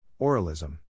Oralism